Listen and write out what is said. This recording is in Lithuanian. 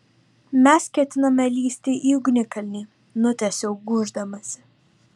mes ketiname lįsti į ugnikalnį nutęsiau gūždamasi